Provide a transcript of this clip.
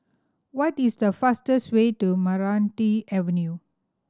what is the fastest way to Meranti Avenue